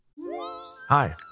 Hi